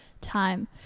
time